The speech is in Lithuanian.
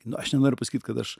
nu aš nenoriu pasakyt kad aš